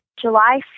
July